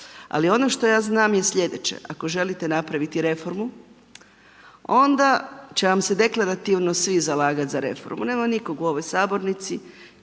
Ali ono što ja znam je sljedeće. Ako želite napraviti reformu onda će vam se deklarativno svi zalagati za reformu. Nema nikog u ovoj sabornici